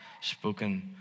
spoken